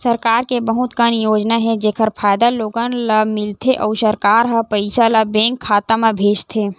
सरकार के बहुत कन योजना हे जेखर फायदा लोगन ल मिलथे अउ सरकार ह पइसा ल बेंक खाता म भेजथे